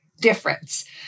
difference